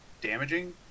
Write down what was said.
damaging